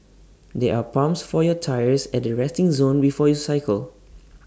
there are pumps for your tyres at the resting zone before you cycle